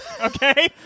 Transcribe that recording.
Okay